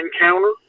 encounter